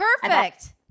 perfect